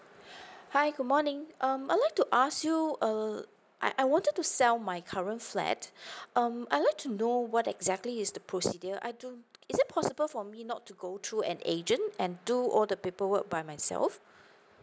hi good morning um I like to ask you uh I I wanted to sell my current flat um I like to know what exactly is the procedure I do think is it possible for me not to go through an agent and do all the paperwork by myself